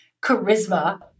charisma